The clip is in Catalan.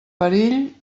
perill